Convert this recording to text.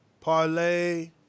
Parlay